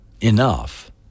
enough